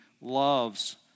loves